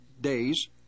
days